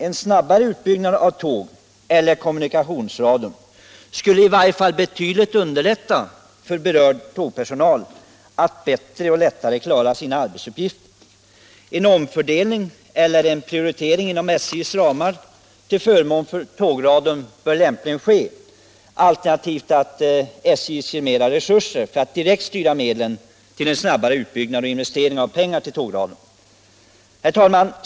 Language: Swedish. En snabbare utbyggnad av tågeller kommunikationsradion skulle i varje fall betydligt underlätta för berörd tågpersonal att klara sina arbetsuppgifter. En omfördelning eller prioritering inom SJ:s ramar till förmån för tågradion bör lämpligen ske. Alternativt bör SJ ges större resurser för att direkt styra medlen till en snabbare utbyggnad av tågradion. Herr talman!